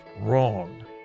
wrong